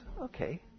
Okay